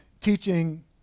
teaching